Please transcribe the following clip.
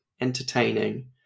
entertaining